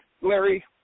Larry